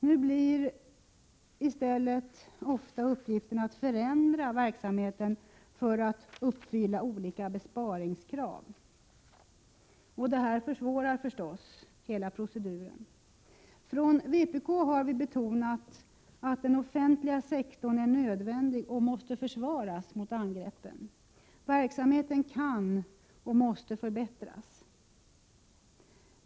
Nu blir i stället uppgiften ofta att förändra verksamheten för att uppfylla olika besparingskrav. Det försvårar förstås hela proceduren. Från vpk har vi betonat att den offentliga sektorn är nödvändig och måste försvaras mot angreppen. Verksamheten kan och måste förbättras.